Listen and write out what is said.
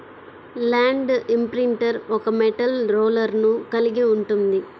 land imprinter ఒక metal రోలర్ను కలిగి ఉంటుంది